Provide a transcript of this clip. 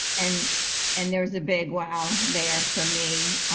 and and there's a big wow there, for me.